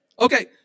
Okay